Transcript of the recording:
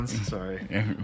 sorry